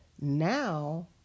now